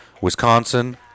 Wisconsin